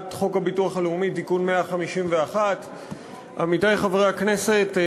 חוק הביטוח הלאומי (תיקון 151). עמיתי חברי הכנסת,